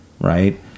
right